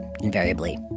invariably